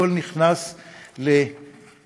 הכול נכנס להאזנה,